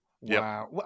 Wow